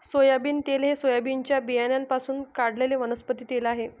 soybean तेल हे सोयाबीनच्या बियाण्यांपासून काढलेले वनस्पती तेल आहे